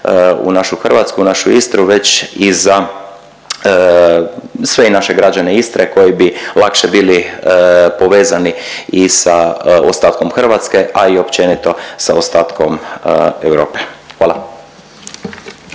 u našu Hrvatsku, u našu Istru već i za sve naše građane Istre koji bi lakše bili povezani i sa ostatkom Hrvatske, a i općenito sa ostatkom Europe. Hvala.